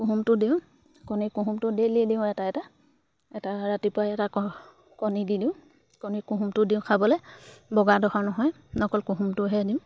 কুহুমটো দিওঁ কণীৰ কুহুমটো দেইলি দিওঁ এটা এটা এটা ৰাতিপুৱাই এটা ক কণী দি দিওঁ কণী কুহুমটো দিওঁ খাবলে বগাডোখৰ নহয় অকল কুহুমটোহে দিওঁ